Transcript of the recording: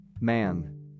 man